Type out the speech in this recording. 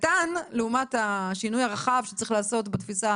קטן לעומת השינוי הרחב שצריך לעשות בתפיסה